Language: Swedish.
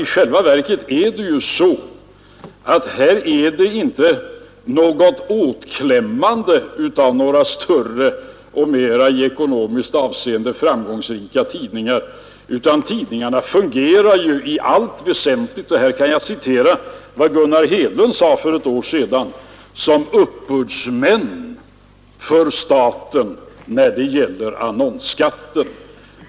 I själva verket är det nämligen inte fråga om något åtklämmande av större och i ekonomiskt avseende mer framgångsrika tidningar, utan tidningarna fungerar i allt väsentligt, som Gunnar Hedlund sade för ett år sedan, som uppbördsmän åt staten när det gäller annonsskatten.